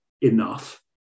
enough